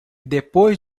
depois